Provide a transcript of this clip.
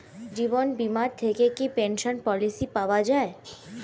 জীবন বীমা থেকে কি পেনশন পলিসি পাওয়া যায়?